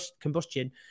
combustion